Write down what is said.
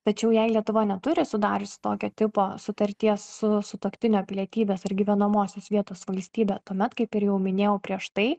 tačiau jei lietuva neturi sudariusi tokio tipo sutarties su sutuoktinio pilietybės ar gyvenamosios vietos valstybe tuomet kaip ir jau minėjau prieš tai